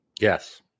Yes